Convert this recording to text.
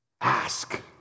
Ask